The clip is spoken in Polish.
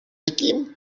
kim